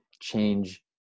change